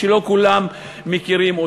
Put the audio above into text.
שלא כולם מכירים.